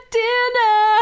dinner